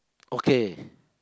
okay